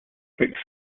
vic